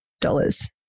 dollars